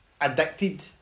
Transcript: addicted